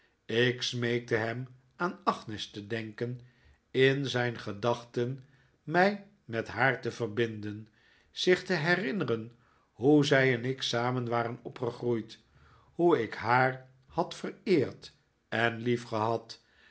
ik smeekte hem aan agnes te denken in zijn gedachten mij met haar te verbinden zich te herinneren hoe zij en ik samen waren opgegroeid hoe ik haar had vereerd en